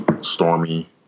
stormy